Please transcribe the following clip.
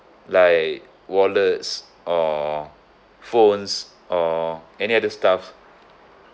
like wallets or phones or any other stuff